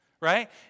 right